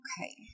Okay